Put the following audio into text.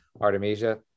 Artemisia